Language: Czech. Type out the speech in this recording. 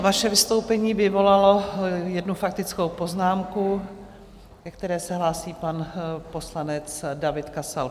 Vaše vystoupení vyvolalo jednu faktickou poznámku, ke které se hlásí pan poslanec David Kasal.